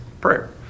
prayer